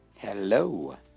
Hello